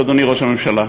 אדוני ראש הממשלה.